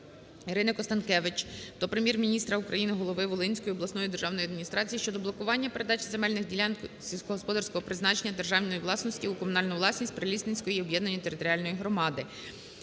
ІриниКонстанкевич до Прем'єр-міністра України, голови Волинської обласної державної адміністрації щодо блокування передачі земельних ділянок сільськогосподарського призначення державної власності у комунальну власність Прилісненської об'єднаної територіальної громади.